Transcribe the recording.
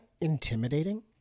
intimidating